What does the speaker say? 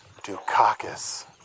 Dukakis